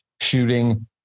shooting